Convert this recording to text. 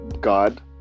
God